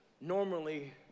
normally